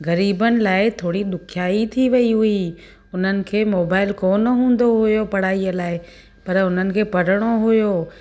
ग़रीबनि लाइ थोरी ॾुखियाई थी वई हुई हुननि खे मोबाइल कोन हूंदो हुयो पढ़ाई लाइ पर उन्हनि खे पढ़िणो हुयो